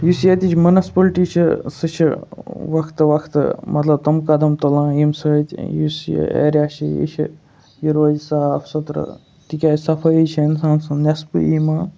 یُس ییٚتِچ مُنَسپٕلٹی چھِ سُہ چھِ وقتہٕ وقتہٕ مطلب تم قدم تُلان ییٚمہِ سۭتۍ یُس یہِ ایریا چھِ یہِ چھِ یہِ روزِ صاف سُتھرٕ تِکیٛازِ صفٲیی چھےٚ اِنسان سُنٛد نٮ۪صفہٕ ایٖمان